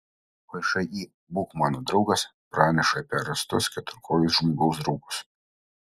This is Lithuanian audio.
všį būk mano draugas praneša apie rastus keturkojus žmogaus draugus